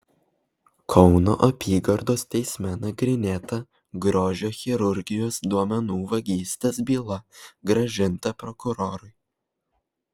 kauno apygardos teisme nagrinėta grožio chirurgijos duomenų vagystės byla grąžinta prokurorui